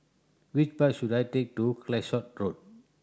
which bus should I take to Calshot Road